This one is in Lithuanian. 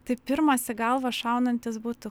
tai pirmas į galvą šaunantis būtų